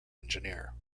engineer